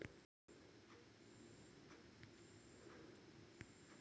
UPI सेवेतून आम्ही पैसे पाठव किंवा पैसे घेऊ शकतू काय?